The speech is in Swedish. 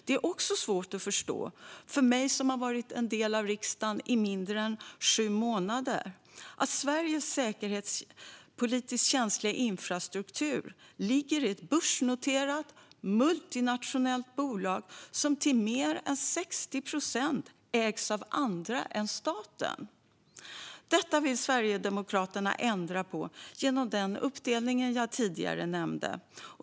Det är också svårt att förstå, för mig som har varit en del av riksdagen i mindre än sju månader, att Sveriges säkerhetspolitiskt känsliga infrastruktur ligger i ett börsnoterat, multinationellt bolag som till mer än 60 procent ägs av andra än staten. Detta vill Sverigedemokraterna ändra på genom den uppdelning jag tidigare nämnde.